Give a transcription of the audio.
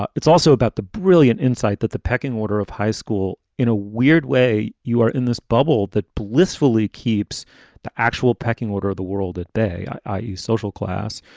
ah it's also about the brilliant insight that the pecking order of high school in a weird way. you are in this bubble that blissfully keeps the actual pecking order of the world at bay. i use social class,